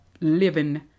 living